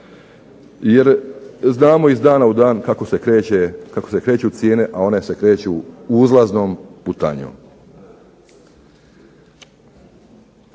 jer znamo iz dana u dan kako se kreću cijene, a one se kreću uzlaznom putanjom.